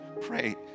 pray